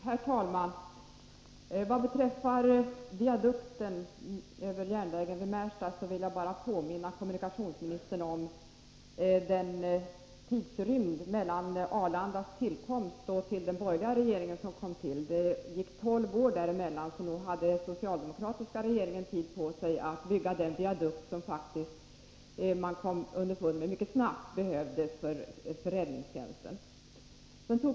Herr talman! Vad beträffar viadukten över järnvägen vid Märsta station vill jag bara påminna kommunikationsministern om tidsrymden fr.o.m. Arlandas tillkomst och fram till den borgerliga regeringens tillträde. Det var alltså fråga om tolv år, så nog hade den socialdemokratiska regeringen tid på sig att bygga den viadukt som faktiskt behövdes för räddningstjänsten, något som man kom underfund med mycket snart.